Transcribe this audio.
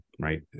right